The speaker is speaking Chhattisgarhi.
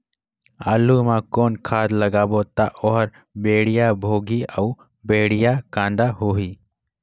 आलू मा कौन खाद लगाबो ता ओहार बेडिया भोगही अउ बेडिया कन्द होही?